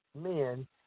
men